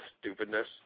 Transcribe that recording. stupidness